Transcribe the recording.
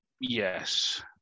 Yes